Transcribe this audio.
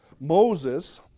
Moses